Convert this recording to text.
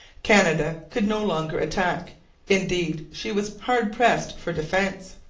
canada could no longer attack indeed, she was hard pressed for defence.